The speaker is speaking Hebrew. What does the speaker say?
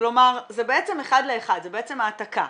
כלומר זה בעצם אחד לאחד, זה בעצם העתקה,